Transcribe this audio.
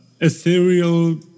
ethereal